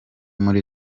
muri